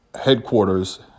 headquarters